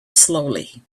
slowly